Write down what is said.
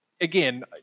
again